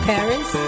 Paris